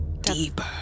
Deeper